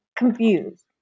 confused